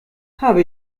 habe